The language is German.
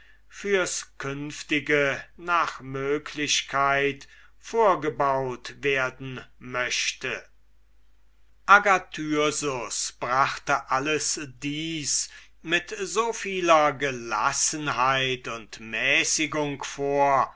fürs künftige nach möglichkeit vorgebaut werden möchte agathyrsus brachte alles dies mit so vieler gelassenheit und mäßigung vor